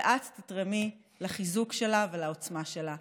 ואת תתרמי לחיזוק שלה ולעוצמה שלה.